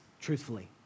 truthfully